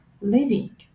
living